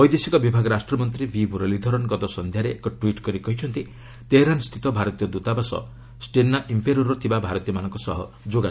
ବୈଦେଶିକ ବିଭାଗ ରାଷ୍ଟ୍ରମନ୍ତ୍ରୀ ଭି ମୁରଲୀଧରନ ଗତ ସଂଧ୍ୟାରେ ଏକ ଟ୍ୱିଟ୍ କରି କହିଛନ୍ତି ତେହେରାନସ୍ଥିତ ଭାରତୀୟ ଦ୍ୱତାବାସ ଷ୍ଟେନା ଇମ୍ପେରୋରେ ଥିବା ଭାରତୀୟମାନଙ୍କ ସହ ଯୋଗାଯୋଗ କରିଛି